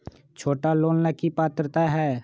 छोटा लोन ला की पात्रता है?